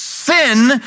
Sin